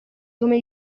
come